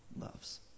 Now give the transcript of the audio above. loves